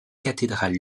cathédrale